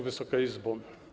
Wysoka Izbo!